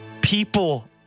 people